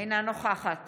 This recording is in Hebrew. אינה נוכחת